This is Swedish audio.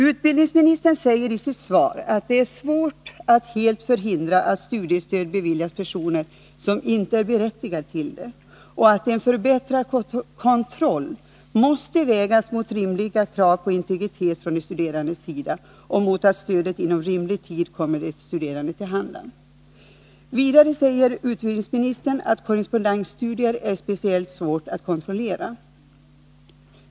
Utbildningsministern säger i sitt svar att det är svårt att helt förhindra att studiestöd beviljas personer som inte är berättigade till det och att en förbättrad kontroll måste vägas mot rimliga krav på integritet från de studerandes sida och mot att stödet inom rimlig tid kommer de studerande till handa. Vidare säger utbildningsministern att korrespondensstudier är speciellt svåra att kontrollera.